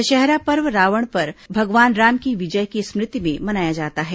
दशहरा पर्व रावण पर भगवान राम की विजय की स्मृति में मनाया जाता है